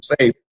safe